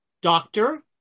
Doctor